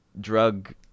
drug